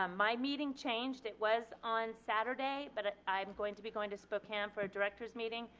um my meeting changed, it was on saturday but ah i'm going to be going to spokane for a director's meeting,